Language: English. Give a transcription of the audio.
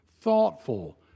thoughtful